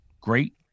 great